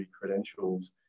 credentials